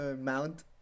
mount